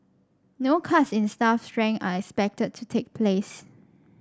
no cuts in staff strength are expected to take place